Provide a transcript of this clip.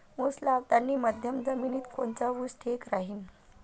उस लावतानी मध्यम जमिनीत कोनचा ऊस ठीक राहीन?